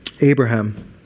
Abraham